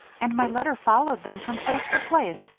and my letter followed them from place to place,